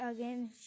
again